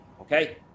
okay